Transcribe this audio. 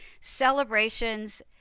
celebrations